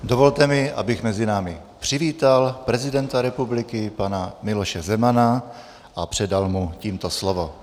Dovolte mi, abych mezi námi přivítal prezidenta republiky pana Miloše Zemana a předal mu tímto slovo.